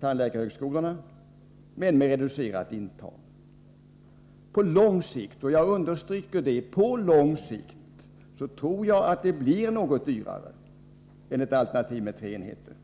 tandläkarhögskolorna, men med reducerad intagning. På lång sikt — och jag understryker att jag avser konsekvenserna på lång sikt — tror jag detta alternativ blir något dyrare än ett alternativ med tre enheter.